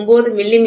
09 மி